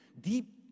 deep